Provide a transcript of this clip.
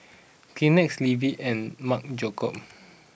Kleenex Levi's and Marc Jacobs